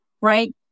right